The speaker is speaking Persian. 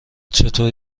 چطور